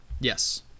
Yes